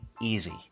easy